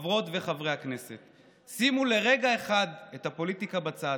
חברות וחברי הכנסת: שימו לרגע אחד את הפוליטיקה בצד.